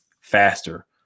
faster